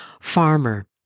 farmer